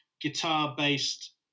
guitar-based